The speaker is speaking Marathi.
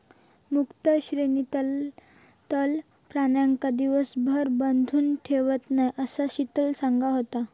मुक्त श्रेणीतलय प्राण्यांका दिवसभर बांधून ठेवत नाय, असा शीतल सांगा होता